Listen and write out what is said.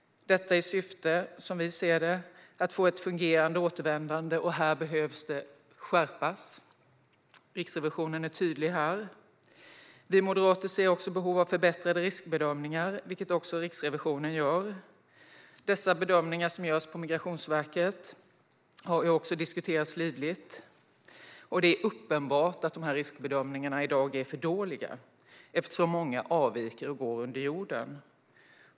Syftet är, som vi ser det, att få ett fungerande återvändande, och här behövs en skärpning. Riksrevisionen är tydlig här. Vi moderater ser också ett behov av förbättrade riskbedömningar, vilket också Riksrevisionen gör. Dessa bedömningar, som görs hos Migrationsverket, har också diskuterats livligt, och det är uppenbart att de här riskbedömningarna i dag är för dåliga eftersom många personer avviker och går under jorden.